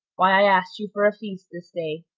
why i asked you for a feast this day.